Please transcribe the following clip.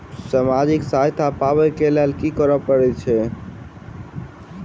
सामाजिक सहायता पाबै केँ लेल की करऽ पड़तै छी?